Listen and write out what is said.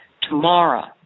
tomorrow